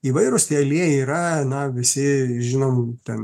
įvairūs tie aliejai yra na visi žinomų ten